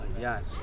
yes